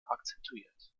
akzentuiert